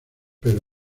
pero